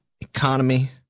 economy